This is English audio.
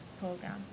program